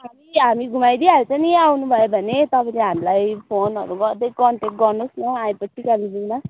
हामी हामी घुमाइदिइहाल्छ नि आउनुभयो भने तपाईँले हामीलाई फोनहरू गर्दै कन्ट्याक गर्नुहोस् न आएपछि त्यहाँदेखि जाउँला